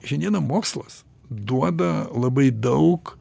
šiandiena mokslas duoda labai daug